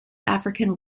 african